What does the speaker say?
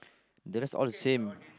the rest all same